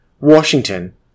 Washington